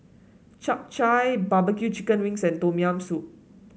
Chap Chai bbq Chicken Wings and Tom Yam Soup